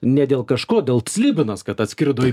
ne dėl kažko dėl slibinas kad atskrido